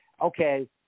okay